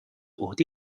عهده